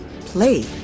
play